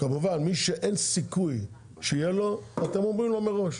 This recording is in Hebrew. כמובן מי שאין סיכוי שיהיה לו אתם אומרים לו מראש,